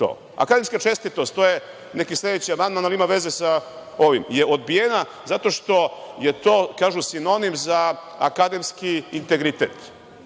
to. Akademska čestitost, to je neki sledeći amandman, on ima veze sa ovim, je odbijena zato što je to sinonim za akedemski integritet.